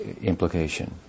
implication